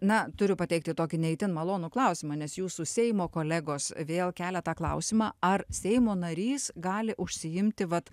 na turiu pateikti tokį ne itin malonų klausimą nes jūsų seimo kolegos vėl kelia tą klausimą ar seimo narys gali užsiimti vat